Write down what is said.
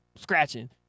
scratching